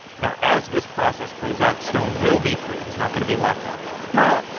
now, as this process plays out, stone will be free. he's not going to be locked up mara,